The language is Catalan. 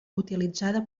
utilitzada